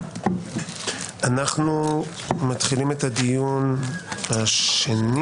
אנחנו מתחילים את הדיון השני